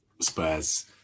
Spurs